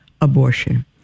abortion